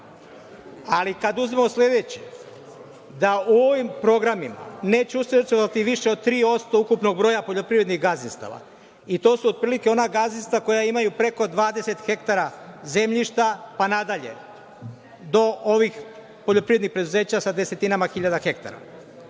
Ali, kad uzmemo sledeće, da u ovim programima neće učestvovati više od 3% ukupnog broja poljoprivrednih gazdinstava, i to su otprilike ona gazdinstva koja imaju preko 20 hektara zemljišta, pa nadalje, do ovih poljoprivrednih preduzeća sa desetinama hiljada hektara.